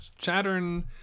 Chattern